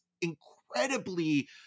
incredibly